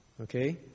Okay